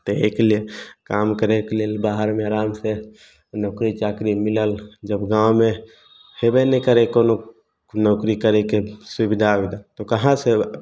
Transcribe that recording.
तऽ अइके लिए काम करय के लेल बाहरमे आरामसँ नौकरी चाकरी मिलल जब गाँवमे हेबे नहि करय कोनो नौकरी करयके सुविधा उविधा तऽ कहाँसँ